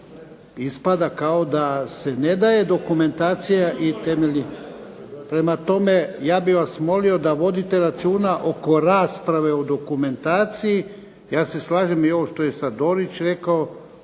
ispada kao da se ne daje dokumentacija i temeljni. Prema tome, ja bih vas molio da vodite računa oko rasprave o dokumentaciji. Ja se slažem i ovo što je sad Dorić rekao.